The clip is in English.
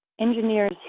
engineers